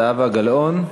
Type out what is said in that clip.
תעלה חברת הכנסת זהבה גלאון.